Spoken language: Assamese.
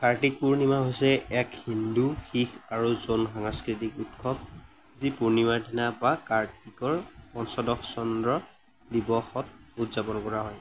কাৰ্তিক পূৰ্ণিমা হৈছে এক হিন্দু শিখ আৰু জৈন সাংস্কৃতিক উৎসৱ যি পূৰ্ণিমাৰ দিনা বা কাৰ্তিকৰ পঞ্চদশ চন্দ্ৰ দিৱসত উদযাপন কৰা হয়